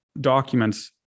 documents